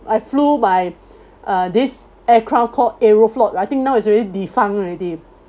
I flew by uh this aircraft called aeroflot I think now it's already defunct already